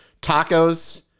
tacos